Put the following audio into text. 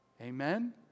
Amen